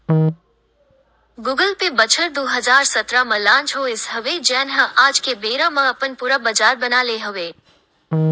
Google Pay बछर दू हजार सतरा म लांच होइस हवय जेन ह आज के बेरा म अपन पुरा बजार बना ले हवय